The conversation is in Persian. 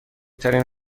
ترین